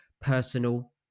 personal